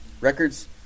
records